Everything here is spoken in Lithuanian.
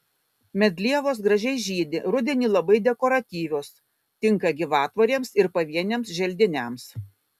medlievos gražiai žydi rudenį labai dekoratyvios tinka gyvatvorėms ir pavieniams želdiniams